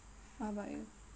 how about you